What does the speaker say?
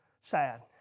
sad